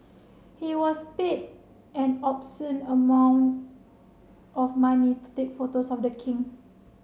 he was paid an obscene amount of money to take photos of the king